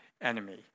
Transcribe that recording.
enemy